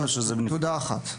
לא, זה תעודה אחת.